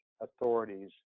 authorities